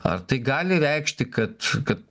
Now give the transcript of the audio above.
ar tai gali reikšti kad kad